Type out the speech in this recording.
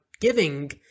giving